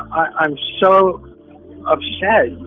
i'm so upset.